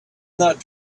not